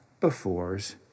befores